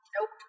Nope